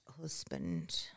husband